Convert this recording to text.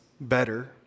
better